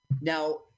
Now